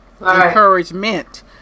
encouragement